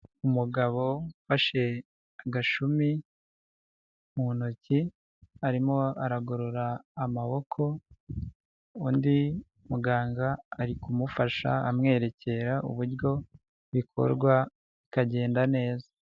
Umugabo ufashe agashumi mu ntoki arimo aragorora amaboko undi muganga ari kumufasha amwerekera uburyo bikorwa bikagenda neza.